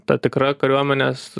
ta tikra kariuomenės